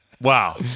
Wow